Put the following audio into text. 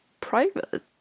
private